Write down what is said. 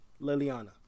Liliana